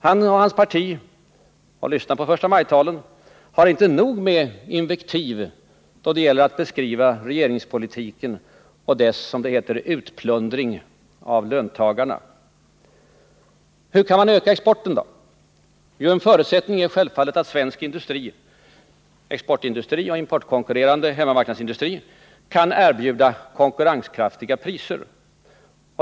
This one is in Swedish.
Han och hans parti — lyssna på förstamajtalen — har inte nog med invektiv då det gäller att beskriva regeringspolitiken och dess ”utplundring” av löntagarna. Hur kan man öka exporten då? Jo, en förutsättning är självfallet att svensk exportindustri och importkonkurrerande hemmamarknadsindustri kan erbjuda konkurrenskraftiga priser.